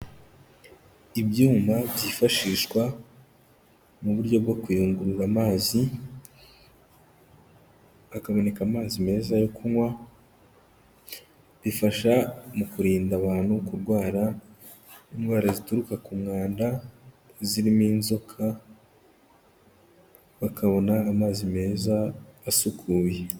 Ibyuma byifashishwa mu buryo bwo kuyungurura amazi hakaboneka amazi meza yo kunywa, bifasha mu kurinda abantu kurwara indwara zituruka ku mwanda zirimo inzoka, bakabona amazi meza asukuye.